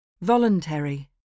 Voluntary